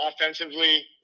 offensively